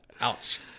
Ouch